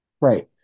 Right